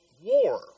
war